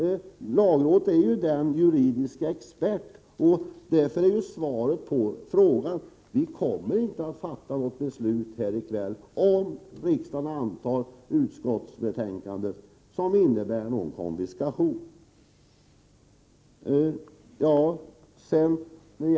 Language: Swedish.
Lagrådet är ju den juridiska experten. Därför är svaret på frågan: Vi kommer inte att i kväll fatta ett beslut som innebär konfiskation om vi bifaller utskottsmajoritetens förslag.